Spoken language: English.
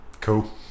Cool